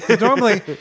Normally